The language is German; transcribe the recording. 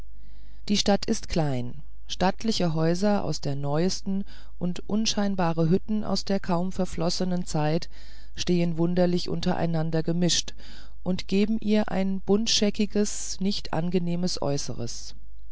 die stadt ist klein stattliche häuser aus der neuesten und unscheinbare hütten aus der kaum verflossenen zeit stehen wunderlich untereinander gemischt und geben ihr ein buntscheckiges nicht angenehmes äußere